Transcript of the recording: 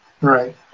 Right